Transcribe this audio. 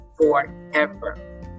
forever